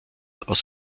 aus